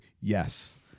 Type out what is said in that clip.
Yes